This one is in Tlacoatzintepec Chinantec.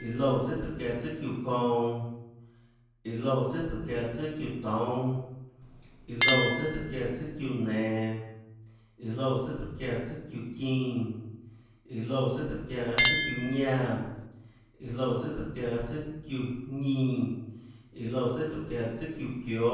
Iã loúã tsùàtróhå çiáã tsùâ çiúã kounã. iã loúã tsùà tróhå çiáã tsùâ çiúã toúnâ. iã loúã tsùà tróhå çiáã tsùâ çiúã nenå. iã loúã tsùà tróhå çiáã tsùâ çiúã çínã, iã loúã tsùàtróhå çiáã tsùâ çiúã ñánã. iã loúã tsùà tróhå çiáã tsùâ çiúã jñínã. iã loúã tsùà tróhå çiáã tsùâ çiúã çióâ.